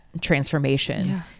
transformation